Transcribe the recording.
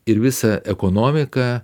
ir visa ekonomika